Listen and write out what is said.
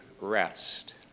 rest